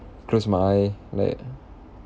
closed my eye like uh